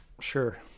Sure